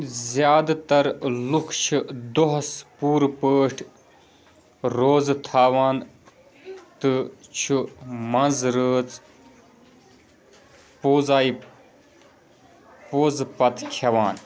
زیادٕ تَر لُکھ چھِ دۄہَس پوٗرٕ پٲٹھۍ روزٕ تھاوان تہٕ چھُ منٛز رٲژ پوٗزایہِ پوٗزٕ پتہٕ کھٮ۪وان